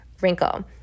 wrinkle